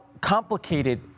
complicated